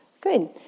Good